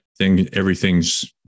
everything's